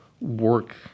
work